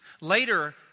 Later